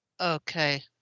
Okay